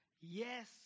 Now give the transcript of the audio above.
Yes